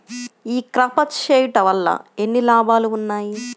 ఈ క్రాప చేయుట వల్ల ఎన్ని లాభాలు ఉన్నాయి?